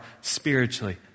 spiritually